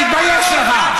תתבייש לך.